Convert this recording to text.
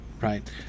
Right